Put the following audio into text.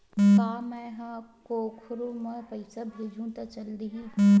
का मै ह कोखरो म पईसा भेजहु त चल देही?